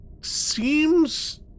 seems